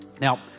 Now